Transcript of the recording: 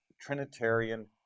Trinitarian